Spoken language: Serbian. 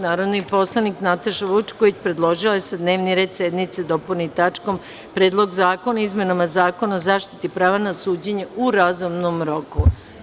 Narodni poslanik Nataša Vučković predložila je da se dnevni red sednice dopuni tačkom Predlog zakona o izmenama Zakona o zaštiti prava na suđenje u razumnom roku.